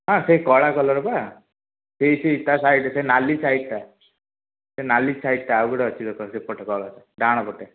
ହଁ ସେଇ କଳା କଲର ପା ସେଇ ସେଇ ତା ସାଇଡ଼୍ ସେ ନାଲି ସାଇଡ଼୍ଟା ସେ ନାଲି ସାଇଡ଼୍ଟା ଆଉ ଗୋଟେ ଅଛି ଦେଖ ସେପଟେ କଳାଟେ ଡାହାଣ ପଟେ